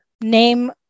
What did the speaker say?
name